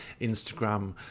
Instagram